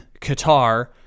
Qatar